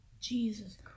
Jesus